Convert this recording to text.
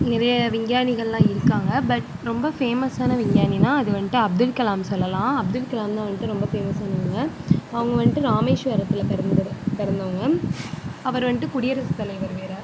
நிறைய விஞ்ஞானிகள்லாம் இருக்காங்கள் பட் ரொம்ப ஃபேமஸ்ஸானா விஞ்ஞானின்னால் அது வந்துட்டு அப்துல்கலாம் சொல்லலாம் அப்துல் கலாம்தான் வந்துட்டு ரொம்ப ஃபேமஸ் ஆனவங்கள் அவங்க வந்ட்டு ராமேஸ்வரத்தில் பிறந்தது பிறந்தவங்க அவர் வந்துட்டு குடியரசு தலைவர் வேற